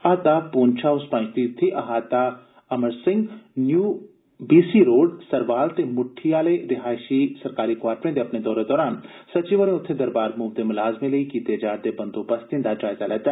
अहाता Poonch house Panjtirthi अहाता Ami Singh new B C road Sarwal ते मुद्ठी आह्ले रिहायशी सरकारी क्वार्टरें दे अपने दौरे दौरान सचिव होरें उत्थे दरबार मूव दे मुलाजमें लेई कीते जा'रदे बंदोबस्तें दा जायजा लैता